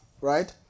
right